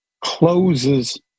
closes